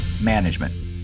management